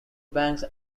banks